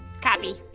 copy.